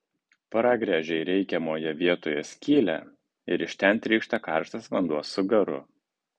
pragręžei reikiamoje vietoje skylę ir iš ten trykšta karštas vanduo su garu